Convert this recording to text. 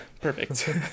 Perfect